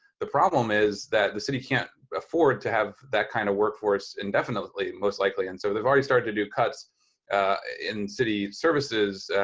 the problem is that the city can't afford to have that kind of workforce indefinitely, most likely. and so they've already started to do cuts in city services,